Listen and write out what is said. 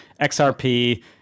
xrp